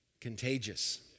contagious